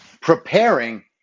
preparing